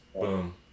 boom